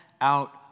out